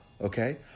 okay